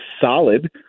solid